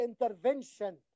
intervention